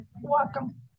welcome